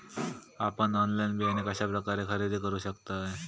आपन ऑनलाइन बियाणे कश्या प्रकारे खरेदी करू शकतय?